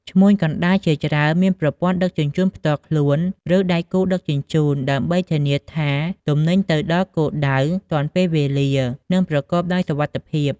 ឈ្មួញកណ្តាលជាច្រើនមានប្រព័ន្ធដឹកជញ្ជូនផ្ទាល់ខ្លួន ឬដៃគូដឹកជញ្ជូន ដើម្បីធានាថាទំនិញទៅដល់គោលដៅទាន់ពេលវេលា និងប្រកបដោយសុវត្ថិភាព។